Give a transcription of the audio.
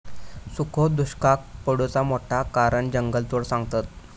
सुखो दुष्काक पडुचा मोठा कारण जंगलतोड सांगतत